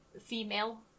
female